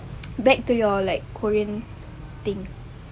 back to like your korean thing